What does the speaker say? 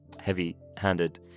heavy-handed